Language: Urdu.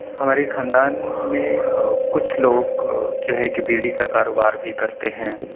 ہمارے خاندان میں کچھ لوگ جو ہے کہ بیڑی کا کاروبار بھی کرتے ہیں